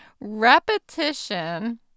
Repetition